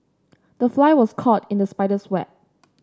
the fly was caught in the spider's web